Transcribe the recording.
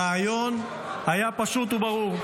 הרעיון היה פשוט וברור,